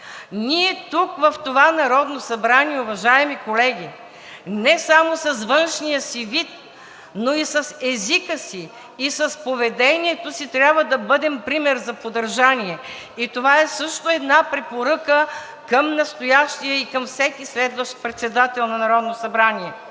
Ние тук в това Народно събрание, уважаеми колеги, не само с външния си вид, но и с езика си, и с поведението си трябва да бъдем пример за подражание, и това е също една препоръка към настоящия и към всеки следващ председател на Народното събрание.